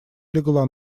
легла